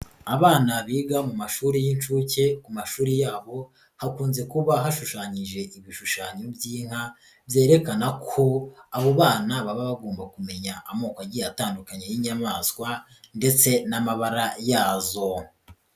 Abana biga mu mashuri y'inshuke ku mashuri yabo hakunze kuba hashushanyije ibishushanyo by'inka, byererekana ko abo bana baba bagomba kumenya amoko agiye atandukanye y'inyamaswa ndetse n'amabara yazo.